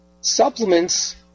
supplements